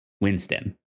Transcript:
Winston